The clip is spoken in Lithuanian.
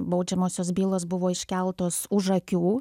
baudžiamosios bylos buvo iškeltos už akių